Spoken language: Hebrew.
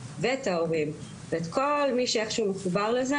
ואת ההורים ואת כל מי שאיכשהו מחובר לזה,